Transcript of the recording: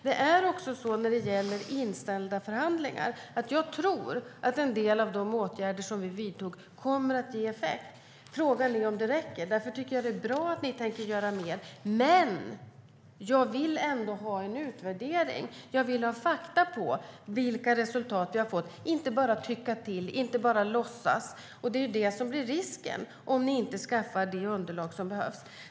Jag tror att en del av de åtgärder som vi vidtog när det gäller inställda förhandlingar kommer att ge effekt. Frågan är om det räcker. Därför tycker jag att det är bra att ni tänker göra mer, men jag vill ändå att det ska göras en utvärdering. Jag skulle vilja ha fakta om vilka resultat som man har fått fram, inte bara att man tycker till eller låtsas. Det är det som är risken om ni inte skaffar fram det underlag som behövs.